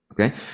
Okay